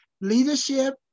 leadership